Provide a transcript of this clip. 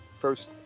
first